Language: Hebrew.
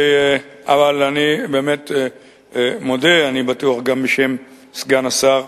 אני באמת מודה, אני בטוח גם בשם סגן השר,